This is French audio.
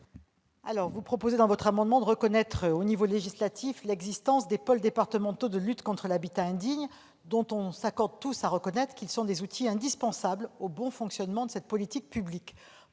vous proposez de reconnaître, au niveau législatif, l'existence des pôles départementaux de lutte contre l'habitat indigne, dont nous nous accordons tous à reconnaître qu'ils sont des outils indispensables au bon fonctionnement de cette politique publique.